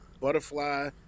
butterfly